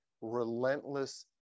relentless